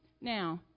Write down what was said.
Now